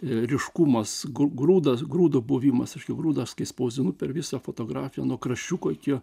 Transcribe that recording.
ryškumas grūdas grūdo buvimas aš kaip grūdas kai spausdinu per visą fotografiją nuo kraščiuko iki